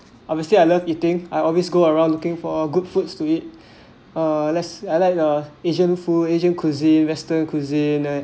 obviously I love eating I always go around looking for a good foods to eat uh less I like the asian food asian cuisine restaurant cuisine